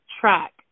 track